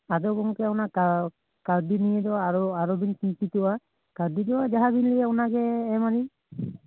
ᱟᱫᱚ ᱜᱚᱝᱠᱮ ᱚᱱᱟ ᱠᱟᱣ ᱠᱟᱹᱣᱰᱤ ᱱᱤᱭᱮ ᱫᱚ ᱟᱨ ᱟᱞᱚᱵᱤᱱ ᱪᱤᱱᱛᱤᱛᱚᱜᱼᱟ ᱠᱟᱹᱣᱰᱤ ᱫᱚ ᱡᱟᱦᱟᱵᱤᱱ ᱞᱟᱹᱭᱟ ᱚᱱᱟᱜᱮ ᱮᱢᱟᱞᱤᱧ